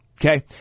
Okay